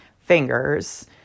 fingers